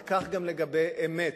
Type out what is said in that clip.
וכך גם לגבי אמת.